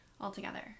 altogether